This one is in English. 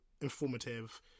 informative